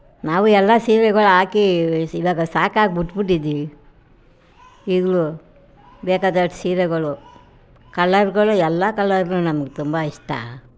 ನಾವು ಎಲ್ಲ ಸೀರೆಗಳು ಹಾಕಿ ಈವಾಗ ಸಾಕಾಗಿ ಬಿಟ್ಟು ಬಿಟ್ಟಿದ್ದೀವಿ ಈಗಲೂ ಬೇಕಾದ ಎರಡು ಸೀರೆಗಳು ಕಲರ್ಗಳು ಎಲ್ಲ ಕಲರ್ ನಮ್ಗೆ ತುಂಬ ಇಷ್ಟ